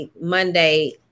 Monday